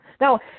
Now